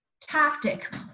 tactic